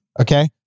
Okay